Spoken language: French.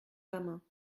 gamin